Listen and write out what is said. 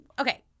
okay